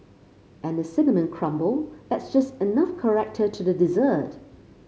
and the cinnamon crumble adds just enough character to the dessert